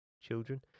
Children